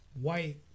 white